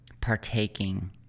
partaking